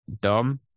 Dom